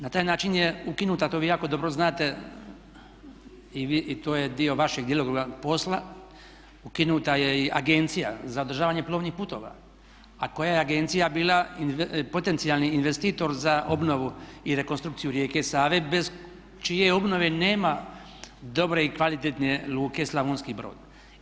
Na taj način je ukinuta a to vi jako dobro znate i to je dio vašeg djelokruga posla, ukinuta je i Agencija za održavanje plovnih puteva a koja je agencija bila potencijalni investitor za obnovu i rekonstrukciju rijeke Save bez čije obnove nema dobre i kvalitetne luke Slavonski Brod.